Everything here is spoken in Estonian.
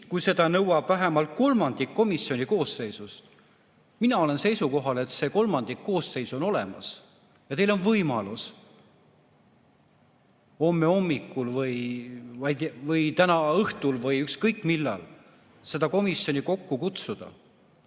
kui seda nõuab vähemalt kolmandik komisjoni koosseisust." Mina olen seisukohal, et see kolmandik koosseisu on olemas. Ja teil on võimalus homme hommikul, täna õhtul või ükskõik millal see komisjon kokku kutsuda,